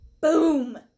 Boom